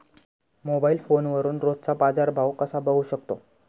Mobile फोनवरून रोजचा बाजारभाव कसा बघू शकतो?